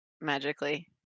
magically